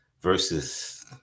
versus